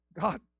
God